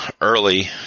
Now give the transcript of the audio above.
early –